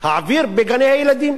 להעביר בגני-הילדים?